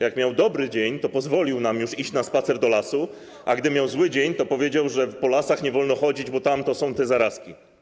Jak miał dobry dzień, to pozwolił nam już iść na spacer do lasu, a gdy miał zły dzień, to powiedział, że po lasach nie wolno chodzić, bo tam to są te zarazki.